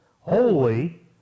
holy